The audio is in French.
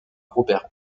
robert